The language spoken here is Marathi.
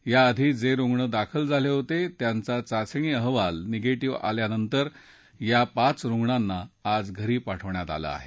या आधी जे रुग्ण दाखल झाले होते त्यांचा चाचणी अहवाल निगेटिव्ह आल्या नंतर या पाच रुग्णांना आज घरी पाठवलं आहे